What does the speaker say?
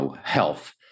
health